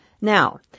Now